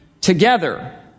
together